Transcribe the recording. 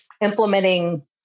implementing